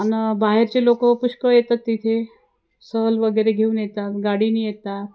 आणि बाहेरचे लोक पुष्कळ येतात तिथे सहल वगैरे घेऊन येतात गाडीने येतात